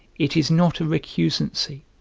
it is not a recusancy,